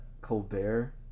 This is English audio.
Colbert